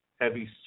Heavy